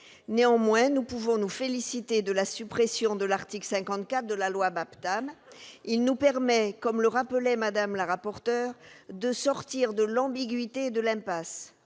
Néanmoins, nous pouvons nous féliciter de la suppression de l'article 54 de la loi MAPTAM. Elle nous permet, comme Mme la rapporteur l'a souligné, de sortir de l'ambiguïté et de l'impasse.